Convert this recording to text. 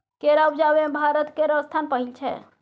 केरा उपजाबै मे भारत केर स्थान पहिल छै